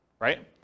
right